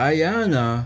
Ayana